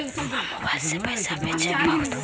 हम मोबाईल से पईसा भेजबई बताहु तो?